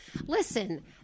listen